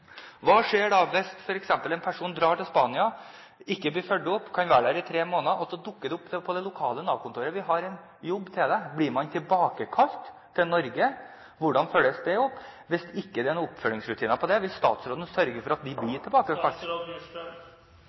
hva skjer hvis en nordmann som reiser til Spania – det er riktig at det ikke er så veldig mange det er snakk om, men antallet er stadig økende – ikke blir fulgt opp? Han kan være der i tre måneder. Så dukker det opp en jobb fra det lokale Nav-kontoret. Blir man da tilbakekalt til Norge? Hvordan følges det opp hvis det ikke er noen oppfølgingsrutiner for det? Vil